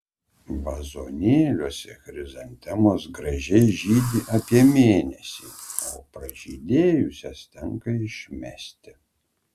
vazonėliuose chrizantemos gražiai žydi apie mėnesį o peržydėjusias tenka išmesti